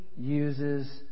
uses